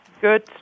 good